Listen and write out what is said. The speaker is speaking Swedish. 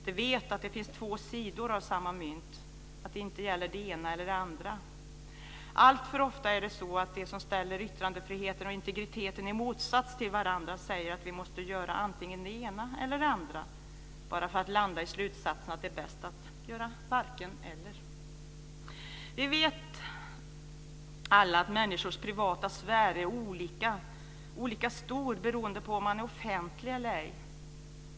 De vet att det finns två sidor av samma mynt, att det inte gäller det ena eller det andra. Alltför ofta är det så att de som ställer yttrandefriheten och integriteten i motsats till varandra säger att vi måste göra antingen det ena eller det andra, bara för att landa i slutsatsen att det är bäst att göra varken eller. Vi vet alla att människors privata sfär är olika stor beroende på om de är offentliga eller ej.